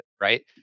right